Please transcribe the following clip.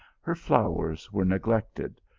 her flowers were neglected,